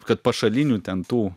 kad pašalinių ten tų